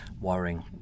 worrying